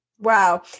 Wow